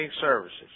services